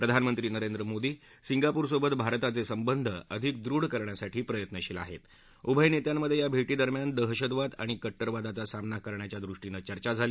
प्रधानमंत्री नरेंद्र मोदी सिंगापोरसोबत भारताचसिबंध आणखी दृढ करण्यासाठी प्रयत्नशील आहस उभय नस्तिमध्यात्रा भार्मिरम्यान दहशतवाद आणि कट्टरतावादाचा सामना करण्याच्या दृष्टीनं चर्चा झाली